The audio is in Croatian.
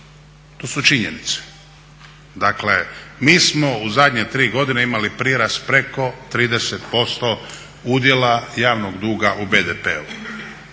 To su činjenice. Dakle mi smo u zadnje 3 godine imali prirast preko 30% udjela javnog duga u BDP-u.